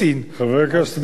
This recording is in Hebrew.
חבר הכנסת מיכאלי,